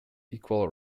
equal